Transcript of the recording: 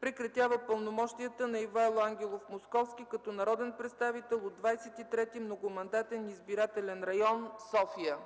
Прекратява пълномощията на Ивайло Ангелов Московски като народен представител от 23. многомандатен избирателен район – София”.